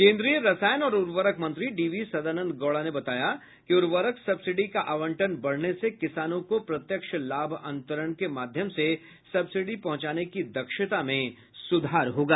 केन्द्रीय रसायन और उर्वरक मंत्री डी वी सदानंद गौड़ा ने बताया कि उर्वरक सब्सिडी का आवंटन बढ़ने से किसानों को प्रत्यक्ष लाभ अंतरण के माध्यम से सब्सिडी पहुंचाने की दक्षता में सुधार होगा